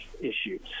issues